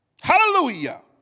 Hallelujah